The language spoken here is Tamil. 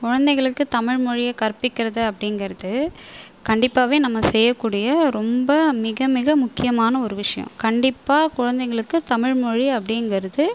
குழந்தைங்களுக்கு தமிழ்மொழியை கற்பிக்கிறது அப்படிங்கறது கண்டிப்பாகவே நம்ம செய்யக்கூடிய ரொம்ப மிக மிக முக்கியமான ஒரு விஷயம் கண்டிப்பாக குழந்தைங்களுக்கு தமிழ் மொழி அப்படிங்கறது